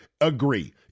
agree